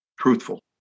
Truthful